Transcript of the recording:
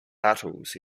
battles